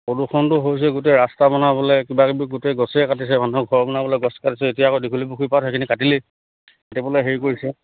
প্ৰদূষণটো হৈছে গোটেই ৰাস্তা বনাবলে কিবা কিবি গোটেই গছেই কাটিছে মানুহৰ ঘৰ বনাবলে গছ কাটিছে এতিয়া আকৌ দীঘলি পুখুৰী পাৰত সেইখিনি কাটিলেই হেৰি কৰিছে